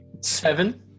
seven